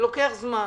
זה לוקח זמן.